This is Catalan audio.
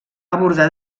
abordar